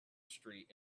street